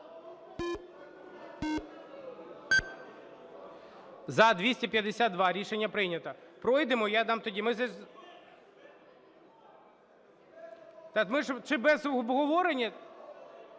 За-251 Рішення прийнято.